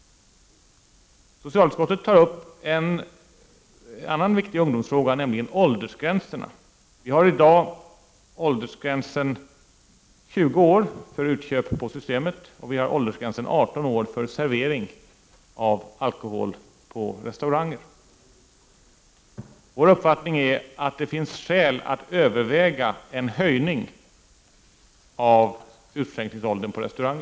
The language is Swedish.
Socialutskottet tar upp en annan viktig ungdomsfråga, nämligen åldersgränserna. Vi har i dag åldersgränsen 20 år för köp på Systemet och 18 år för servering av alkohol på restaurang. Vår uppfattning är att det finns skäl att överväga en höjning av åldersgränsen för utskänkning på restaurang.